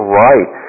right